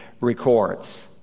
records